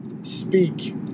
speak